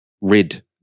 rid